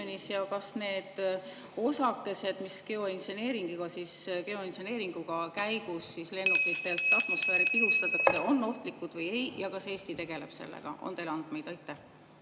Kas need osakesed, mis geoinseneeringu käigus lennukitelt atmosfääri pihustatakse, on ohtlikud või ei ole, ja kas Eesti tegeleb sellega? On teil andmeid? Aitäh!